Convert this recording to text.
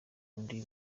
andi